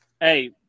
Hey